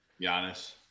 Giannis